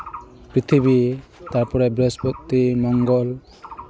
ᱯᱨᱤᱛᱷᱤᱵᱤ ᱛᱟᱨᱯᱚᱨᱮ ᱵᱨᱤᱦᱚᱥᱯᱚᱛᱤ ᱢᱚᱝᱜᱚᱞ